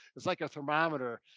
it's like a thermometer,